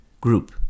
group